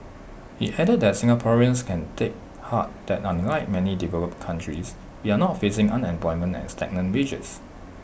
he added that Singaporeans can take heart that unlike many developed countries we are not facing unemployment and stagnant wages